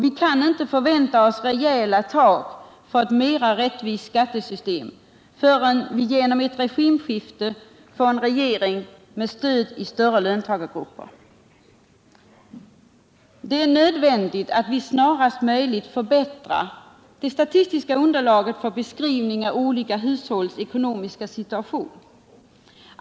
Vi kan inte förvänta oss rejäla tag för ett mera rättvist skattesystem förrän vi genom ett regimskifte får en regering med stöd i större löntagargrupper. Det är nödvändigt att vi snarast möjligt förbättrar det statistiska underlaget för beskrivning av olika hushållsekonomiska situationer.